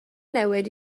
newid